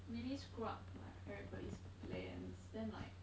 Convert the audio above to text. really screw up like everybody's plans then like